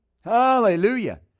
Hallelujah